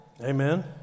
Amen